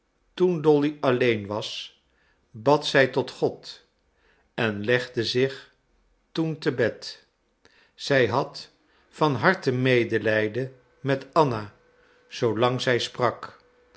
toen dolly alleen was bad zij tot god en legde zich toen te bed zij had van harte medelijden met anna zoo lang zij sprak